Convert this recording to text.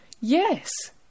Yes